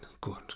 Good